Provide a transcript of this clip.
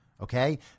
Okay